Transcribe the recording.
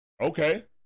Okay